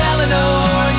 Eleanor